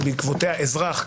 ובעקבותיה אזרח,